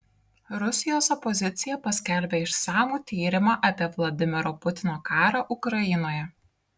rusijos opozicija paskelbė išsamų tyrimą apie vladimiro putino karą ukrainoje